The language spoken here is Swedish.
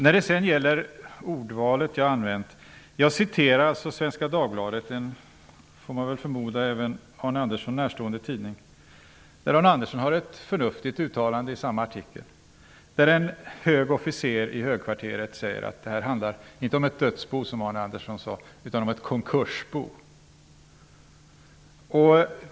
När det sedan gäller mitt ordval vill jag tala om att jag citerade Svenska Dagbladet. Den får man väl förmoda är en Arne Andersson närstående tidning. Arne Andersson har där ett förnuftigt uttalande i samma artikel som en hög officer i högkvarteret säger att det handlar, inte om ett dödsbo, som Arne Andersson sade, utan om ett konkursbo.